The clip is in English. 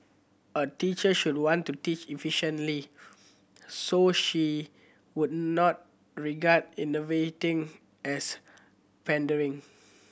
a teacher should want to teach effectively so she would not regard innovating as pandering